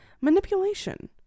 manipulation